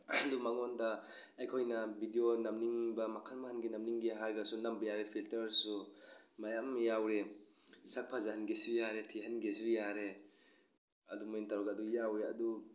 ꯑꯗꯨ ꯃꯉꯣꯟꯗ ꯑꯩꯈꯣꯏꯅ ꯕꯤꯗꯤꯑꯣ ꯅꯝꯅꯤꯡꯕ ꯃꯈꯜ ꯃꯈꯜꯒꯤ ꯅꯝꯅꯤꯡꯒꯦ ꯍꯥꯏꯔꯒꯁꯨ ꯅꯝꯕ ꯌꯥꯔꯦ ꯐꯤꯜꯇꯔꯁꯨ ꯃꯌꯥꯝ ꯌꯥꯎꯔꯦ ꯁꯛ ꯐꯖꯍꯟꯒꯦꯁꯨ ꯌꯥꯔꯦ ꯊꯤꯍꯟꯒꯦꯁꯨ ꯌꯥꯔꯦ ꯑꯗꯨꯃꯥꯥꯏꯅ ꯇꯧꯔꯒ ꯑꯗꯨ ꯌꯥꯎꯋꯤ ꯑꯗꯨ